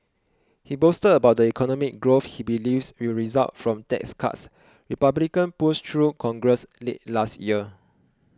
he boasted about the economic growth he believes will result from tax cuts Republicans pushed through Congress late last year